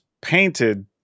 painted